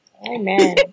Amen